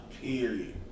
Period